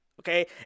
okay